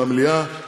במליאה.